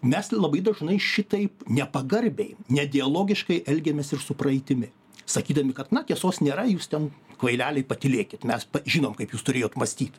mes labai dažnai šitaip nepagarbiai ne dialogiškai elgiamės ir su praeitimi sakydami kad na tiesos nėra jūs ten kvaileliai patylėkit mes žinom kaip jūs turėjot mąstyt